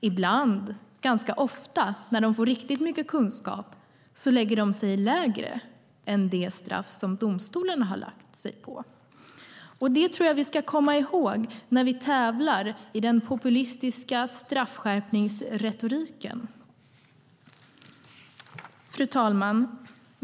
Ibland - ganska ofta, när de får riktigt mycket kunskap - lägger de sig lägre än det straff som domstolarna har lagt sig på. Jag tror att vi ska komma ihåg det när vi tävlar i den populistiska straffskärpningsretoriken. Fru talman!